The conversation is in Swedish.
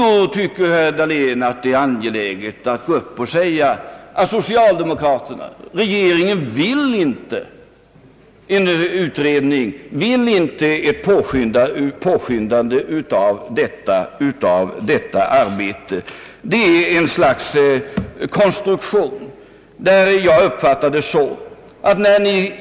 Då tycker herr Dahlén att det är angeläget att gå upp och påstå att socialdemokraterna och regeringen inte vill påskynda en lösning av frågan om en allmän arbetslöshetsförsäkring. Det är ett slags konstruktion, som jag uppfattar på följande sätt.